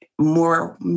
more